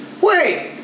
wait